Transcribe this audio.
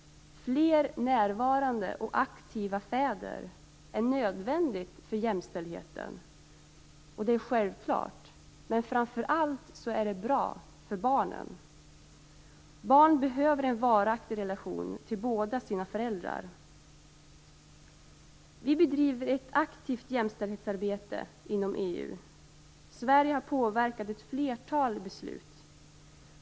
Fler närvarande och aktiva fäder är nödvändigt för jämställdheten. Det är självklart, men framför allt är det bra för barnen. Barn behöver en varaktig relation till båda sina föräldrar. Vi bedriver ett aktivt jämställdhetsarbete inom EU. Sverige har påverkat ett flertal beslut.